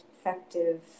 Effective